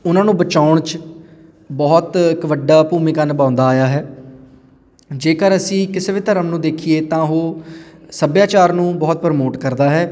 ਉਹਨਾਂ ਨੂੰ ਬਚਾਉਣ 'ਚ ਬਹੁਤ ਇੱਕ ਵੱਡਾ ਭੂਮਿਕਾ ਨਿਭਾਉਂਦਾ ਆਇਆ ਹੈ ਜੇਕਰ ਅਸੀਂ ਕਿਸੇ ਵੀ ਧਰਮ ਨੂੰ ਦੇਖੀਏ ਤਾਂ ਉਹ ਸੱਭਿਆਚਾਰ ਨੂੰ ਬਹੁਤ ਪ੍ਰਮੋਟ ਕਰਦਾ ਹੈ